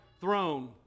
throne